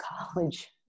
college